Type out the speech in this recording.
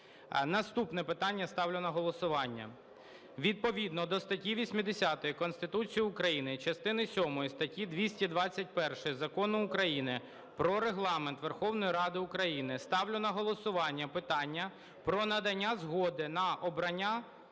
Наступне питання ставлю на голосування. Відповідно до статті 80 Конституції України, частини сьомої статті 221 Закону України "Про Регламент Верховної Ради України" ставлю на голосування питання про надання згоди на обрання